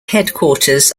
headquarters